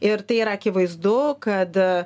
ir tai yra akivaizdu kad